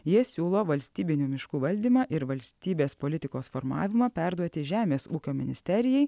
jie siūlo valstybinių miškų valdymą ir valstybės politikos formavimą perduoti žemės ūkio ministerijai